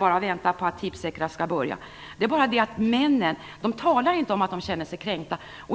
bara väntar på att Tipsextra skall börja. Männen talar dock inte om att de känner sig kränkta.